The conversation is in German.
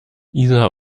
isa